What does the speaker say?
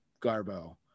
garbo